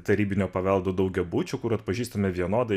tarybinio paveldo daugiabučių kur atpažįstame vienodai